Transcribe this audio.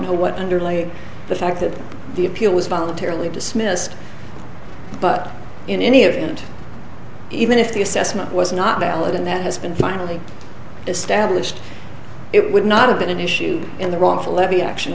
know what underlay the fact that the appeal was voluntarily dismissed but in any event even if the assessment was not valid and that has been finally established it would not have been an issue in the wrongful levy action